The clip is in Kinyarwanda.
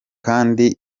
kandi